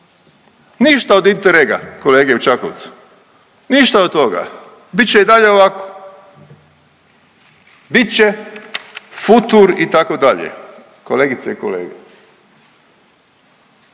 Ništa od Interrega kolege u Čakovcu, ništa od toga, bit će i dalje ovako, bit će futur itd., kolegice i kolege.